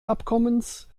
abkommens